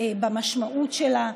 במשמעות שלה,